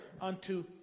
unto